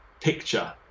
picture